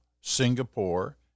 Singapore